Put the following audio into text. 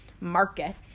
market